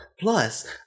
plus